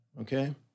okay